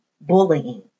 bullying